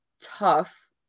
tough